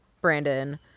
Brandon